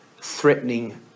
threatening